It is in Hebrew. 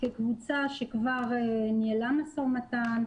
כקבוצה שכבר ניהלה משא ומתן,